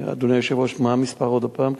אדוני היושב-ראש, מה המספר עוד הפעם?